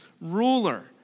ruler